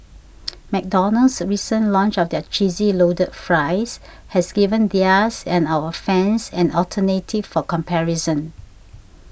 McDonald's recent launch of their cheesy loaded fries has given theirs and our fans an alternative for comparison